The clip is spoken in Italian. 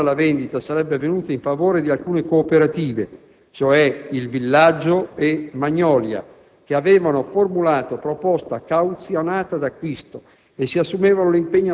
L'autorizzazione alla vendita sarebbe avvenuta in favore di alcune cooperative («Il Villaggio» e «Magnolia») che avevano formulato proposta cauzionata d'acquisto